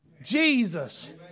Jesus